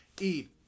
eat